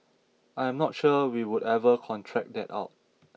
I am not sure we would ever contract that out